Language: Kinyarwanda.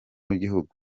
w’igihugu